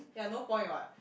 ya no point what